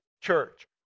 church